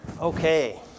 Okay